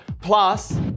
Plus